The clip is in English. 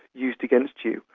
used against you,